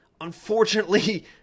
Unfortunately